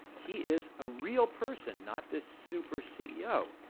he is a real person, not this super ceo,